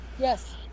yes